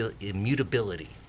immutability